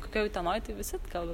kokioj utenoj tai visi kalba